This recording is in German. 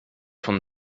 von